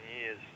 years